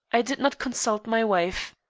i did not consult my wife.